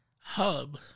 hub